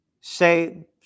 say